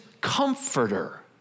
comforter